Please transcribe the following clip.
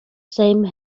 same